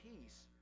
peace